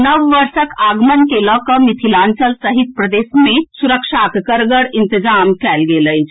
नव वर्षक आगमन के लऽ कऽ मिथिलांचल सहित प्रदेश मे सुरक्षाक कड़गर इंतजाम कएल गेल अछि